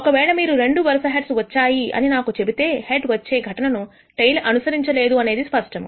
ఒకవేళ మీరు రెండు వరుస హెడ్స్ వచ్చాయి అని నాకు చెబితేహెడ్ వచ్చే ఘటన ను టెయిల్ అనుసరించలేదు అనేది స్పష్టము